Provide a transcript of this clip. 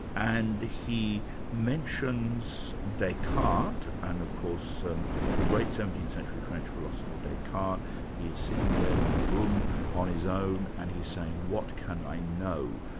and he mentions descartes, and, of course, um the great seventeenth century french philosopher, descartes is sitting there in a room on his own and he's saying, what can i know?